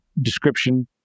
description